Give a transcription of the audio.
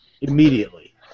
immediately